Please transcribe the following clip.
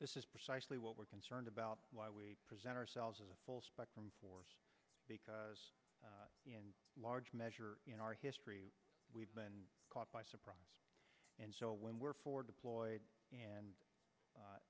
this is precisely what we're concerned about why we present ourselves as a full spectrum force because in large measure in our history we've been caught by surprise and so when we're forward deployed and